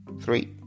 Three